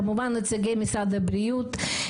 כמובן נציגי משרד הבריאות,